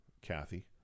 Kathy